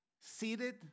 seated